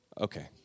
Okay